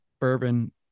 bourbon